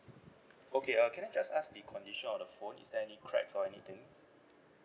okay uh can I just ask the condition of the phone is there any cracks or anything